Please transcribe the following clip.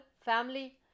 family